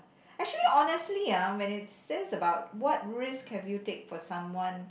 actually honestly ah when it says about what risk have you take for someone